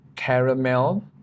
Caramel